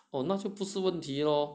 orh 那就不是问题咯